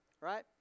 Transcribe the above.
right